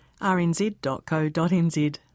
rnz.co.nz